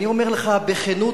ואני אומר לך בכנות,